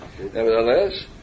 nevertheless